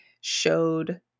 showed